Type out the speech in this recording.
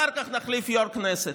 אחר כך נחליף יו"ר כנסת.